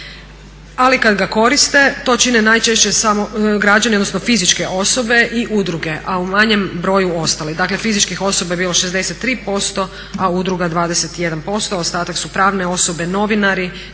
ali kada ga koriste to čine najčešće građani odnosno fizičke osobe i druge, a u manjem broju ostale. Dakle fizičkih osoba je bilo 63%, a udruga 21%, ostatak su pravne osobe, novinari